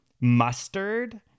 mustard